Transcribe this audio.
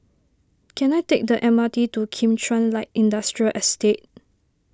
can I take the M R T to Kim Chuan Light Industrial Estate